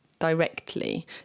directly